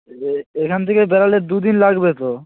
এখান থেকে বেরোলে দুদিন লাগবে তো